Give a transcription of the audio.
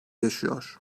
yaşıyor